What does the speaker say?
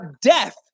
death